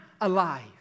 alive